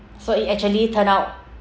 so it actually turned out